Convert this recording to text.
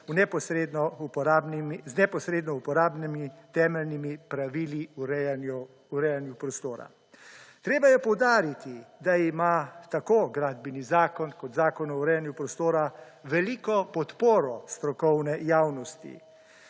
z neposredno uporabljenimi temeljnimi pravili urejanju prostora. Potrebno je podariti, da ima tako gradbeni zakon kot Zakon o urejanju prostora veliko podpore strokovne javnosti.